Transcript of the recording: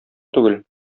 түгел